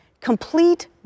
complete